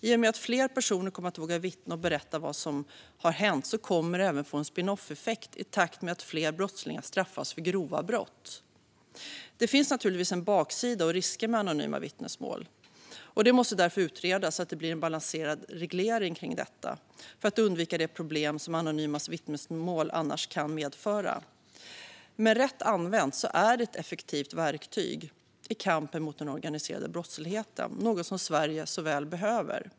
I och med att fler personer kommer att våga vittna och berätta vad som har hänt kommer detta även att få en spinoff-effekt i takt med att fler brottslingar straffas för grova brott. Det finns naturligtvis en baksida och risker med anonyma vittnesmål. Detta måste därför utredas så att det blir en balanserad reglering och att man undviker de problem som anonyma vittnesmål kan medföra. Men rätt använt är det ett effektivt verktyg i kampen mot den organiserade brottsligheten - något Sverige så väl behöver.